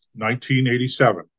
1987